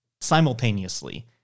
simultaneously